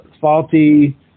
faulty